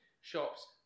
shops